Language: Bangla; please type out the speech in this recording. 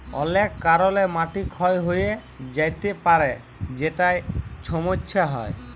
অলেক কারলে মাটি ক্ষয় হঁয়ে য্যাতে পারে যেটায় ছমচ্ছা হ্যয়